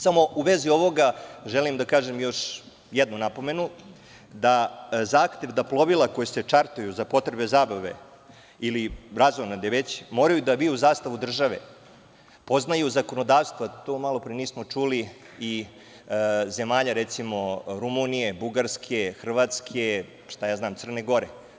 Samo, u vezi ovoga želim da kažem još jednu napomenu da zahtev da plovila koja se čartuju za potrebe zabave ili razonode moraju da viju zastavu države, poznaju zakonodavstva, to malopre nismo čuli, i zemalja recimo Rumunije, Bugarske, Hrvatske, Crne Gore.